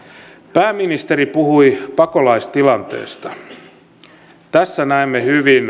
pääministeri puhui pakolaistilanteesta tässä näemme hyvin